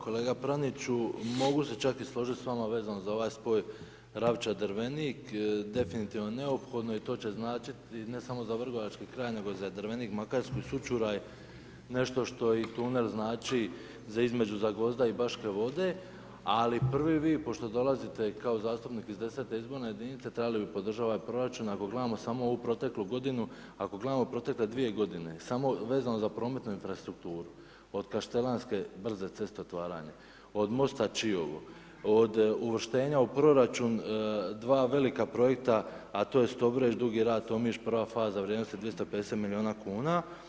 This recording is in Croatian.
Kolega Praniću mogu se čak i složiti s vama vezano za ovaj spor Ravča Drvenik, definitivno je neophodno i to će značiti ne samo za Vrgorački kraj nego i za Drvenik, Makarsku i Sučuraj nešto što i tunel znači za između Zagvozda i Baške Vode, ali prvi vi pošto dolazite kao zastupnik iz 10.-te izborne jedinice trebali bi podržati ovaj proračun ako gledamo samo ovu proteklu godinu, ako gledamo protekle 2 godine samo vezano za prometnu infrastrukturu od kaštelanske brze ceste otvaranja, od mosta Čiovo, od uvrštenja u proračun 2 velika projekta a to je Stobreč, Dugi Rat, Omiš, prva faza vrijednosti 250 milijuna kuna.